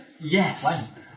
Yes